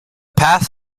path